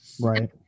right